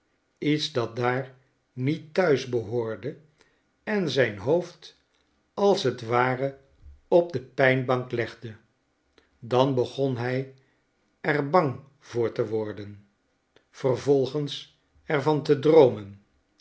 iets dat daar niet thuis behoorde en zijn hoofd als t ware op de pijnbank legde dan begon hij er bang voor te worden vervolgens er van te droomen